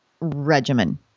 regimen